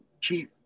chief